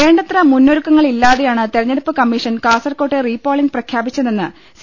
വേണ്ടത്ര മുന്നൊരുക്കങ്ങളില്ലാതെയാണ് തെരഞ്ഞെടുപ്പ് കമ്മീ ഷൻ കാസർകോട്ടെ റീപോളിങ് പ്രഖ്യാപിച്ചതെന്ന് സി